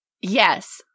Yes